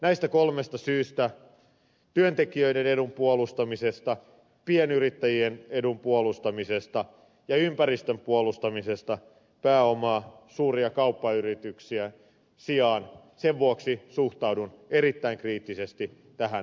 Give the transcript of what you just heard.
näistä kolmesta syystä työntekijöiden edun puolustamisesta pienyrittäjien edun puolustamisesta ja ympäristön puolustamisesta pääoman ja suurien kauppayrityksien sijaan suhtaudun erittäin kriittisesti tähän lakiesitykseen